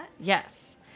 Yes